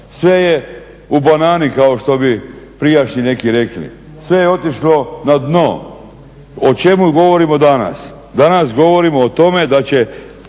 sve je u banani kao što bi prijašnji neki rekli, sve je otišlo na dno. O čemu govorimo danas, danas govorimo o tome da će